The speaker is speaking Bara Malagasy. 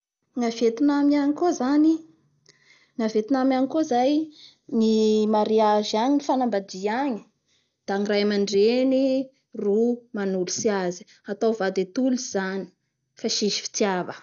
Ny a Vietnamy agny koa zany -ny a Vietname agny koa zay ny mariage agny- ny fanambadia agny da ny ray amandreny ro manolotry azy atao vady atolotsy zanytsis fitiava